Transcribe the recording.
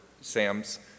sam's